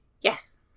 Yes